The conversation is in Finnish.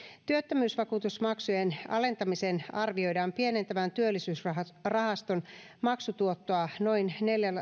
työttömyysvakuutusmaksujen alentamisen arvioidaan pienentävän työllisyysrahaston maksutuottoa noin